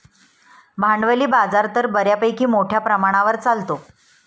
भांडवली बाजार तर बऱ्यापैकी मोठ्या प्रमाणावर चालतो